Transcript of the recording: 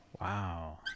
Wow